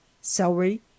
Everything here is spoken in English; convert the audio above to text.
celery